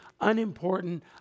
unimportant